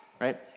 right